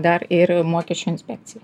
dar ir mokesčių inspekcijai